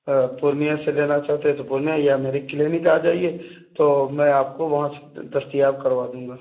پورنیہ سے لینا چاہتے تو پورنیہ یا میری کلینک آ جائیے تو میں آپ کو وہاں سے دستیاب کروا دوں گا